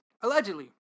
Allegedly